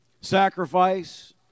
sacrifice